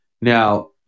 Now